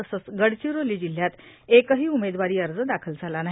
तसंच गडविरोली जिल्ह्यात एकही उमेदवारी अर्ज दाखल झाला नाही